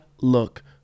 look